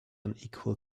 unequal